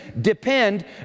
depend